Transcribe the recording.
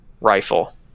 rifle